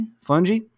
Fungi